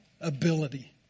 ability